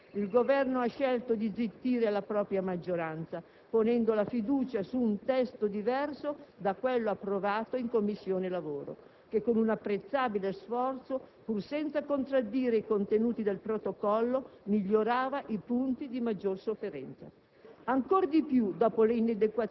È su questo che, alla Camera dei deputati, il Governo ha scelto di zittire la propria maggioranza, ponendo la fiducia su un testo diverso da quello approvato in Commissione lavoro, che con un apprezzabile sforzo, pur senza contraddire i contenuti del Protocollo, migliorava i punti di maggiore sofferenza.